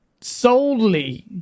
solely